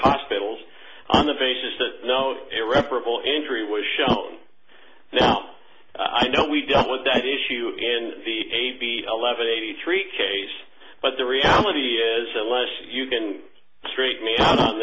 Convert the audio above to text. hospitals on the basis that no irreparable injury was shelved now i know we don't want that issue in the eleven eighty three case but the reality is unless you can straighten me out on